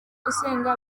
usenga